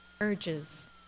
urges